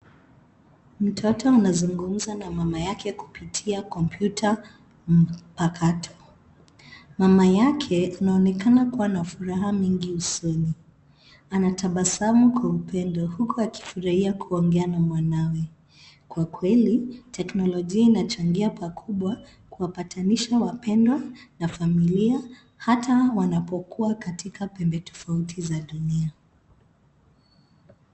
Mtoto anazungumza na mama yake kupitia kompyuta mpakato. Mama yake anaonekana kuwa na furaha mingi usoni, anatabasamu kwa upendo huku akifurahia kuongea na mwanawe. Kwa kweli teknolojia inachangia pakubwa, kuwapatanisha wapendwa na familia, hata wanapokuwa katika pembe tofauti za dunia.